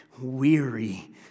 weary